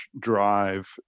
drive